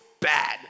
bad